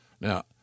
Now